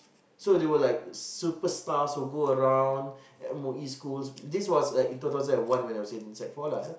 so they were superstar who goes around M_O_E school when in two thousand and one when I was in sec four